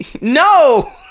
no